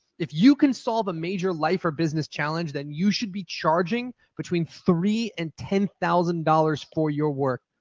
if you can solve a major life or business challenge, then you should be charging between three and ten thousand dollars for your work.